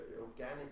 organic